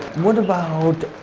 what about